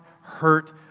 hurt